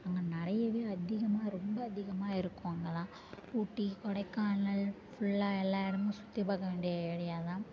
அங்கே நிறையவே அதிகமாக ரொம்ப அதிகமாக இருக்கும் அங்கே தான் ஊட்டி கொடைக்கானல் ஃபுல்லாக எல்லா இடமும் சுற்றி பார்க்க வேண்டிய ஏரியா தான்